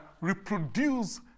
reproduce